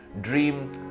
Dream